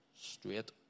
straight